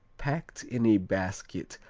packed in a basket,